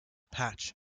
patch